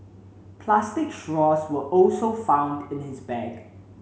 plastic straws were also found in his bag